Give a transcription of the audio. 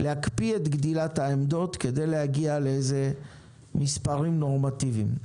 להקפיא את גדילת העמדות כדי להגיע למספרים נורמטיביים.